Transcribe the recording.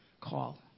call